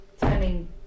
turning